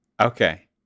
okay